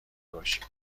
باشیم